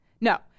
No